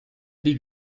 baie